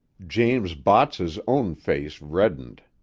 james botts's own face reddened.